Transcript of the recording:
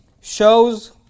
shows